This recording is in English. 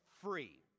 free